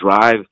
drive